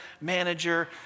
manager